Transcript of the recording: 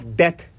death